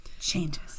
changes